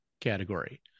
category